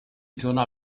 tourna